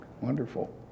Wonderful